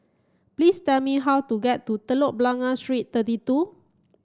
please tell me how to get to Telok Blangah Street thirty two